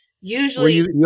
usually